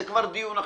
זה כבר דיון אחר.